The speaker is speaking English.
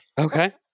Okay